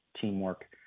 teamwork